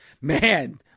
Man